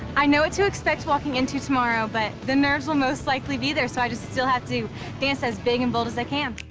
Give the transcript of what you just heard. i know what to expect walking into tomorrow but the nerves will most likely be there so i still have to dance as big and bold as i can.